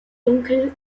dunkel